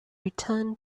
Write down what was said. returned